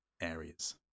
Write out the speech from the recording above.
areas